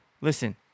Listen